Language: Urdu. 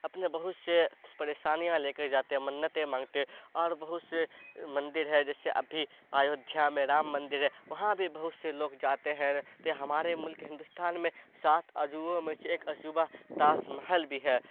اپنے بہت سے پریشانیاں لے کر جاتے ہیں منتیں مانگتے ہیں اور بہت سے مندر ہے جیسے ابھی ایودھیا میں رام مندر ہے وہاں بھی بہت سے لوگ جاتے ہیں تو ہمارے ملک ہندوستان میں سات عجوبوں میں سے ایک عجوبہ تاج محل بھی ہے